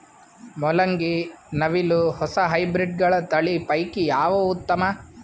ಮೊಲಂಗಿ, ನವಿಲು ಕೊಸ ಹೈಬ್ರಿಡ್ಗಳ ತಳಿ ಪೈಕಿ ಯಾವದು ಉತ್ತಮ?